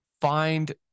find